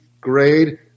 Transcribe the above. grade